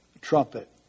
trumpet